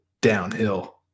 downhill